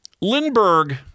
Lindbergh